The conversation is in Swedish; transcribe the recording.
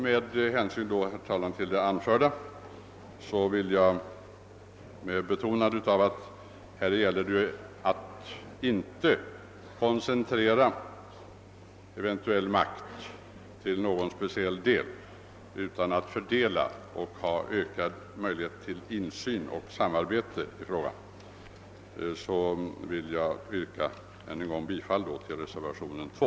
Med hänvisning till det anförda och med betonande av att det gäller att inte koncentrera eventuell makt till några speciella styrelseledamöter utan att alla bör få lika möjligheter till insyn och samarbete ber jag, herr talman, att få yrka bifall till reservationen 2.